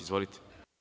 Izvolite.